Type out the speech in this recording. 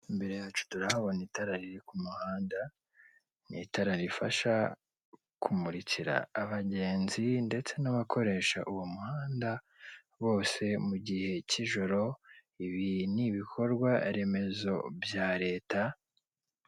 Imbere yacu turahabona itara riri ku muhanda ni itara rifasha kumurikira abagenzi ndetse n'abakoresha uwo muhanda bose mu gihe k'ijoro, ibi ni ibikorwa remezo bya leta.